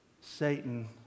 Satan